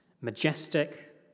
Majestic